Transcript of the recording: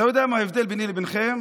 אתה יודע מה ההבדל ביני לביניכם?